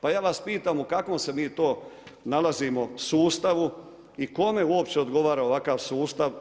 Pa ja vas pitam u kakvom se mi to nalazimo sustavu i kome uopće odgovara ovakav sustav.